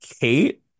Kate